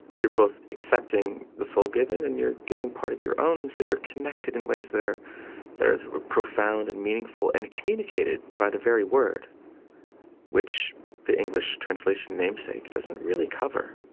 you're both accepting the soul given and you're giving part of your own. and so you're connected in ways that are are profound and meaningful and communicated by the very word which the english translation namesake doesn't really cover.